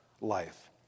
life